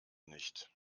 nicht